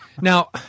Now